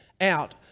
out